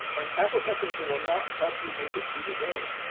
and afropessimism will not help you make it through the day.